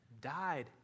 died